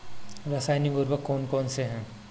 रासायनिक उर्वरक कौन कौनसे हैं?